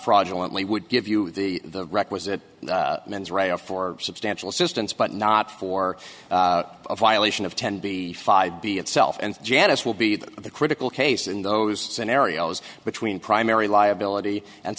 fraudulently would give you the requisite men's right for substantial assistance but not for a violation of ten b five b itself and janice will be the critical cases in those scenarios between primary liability and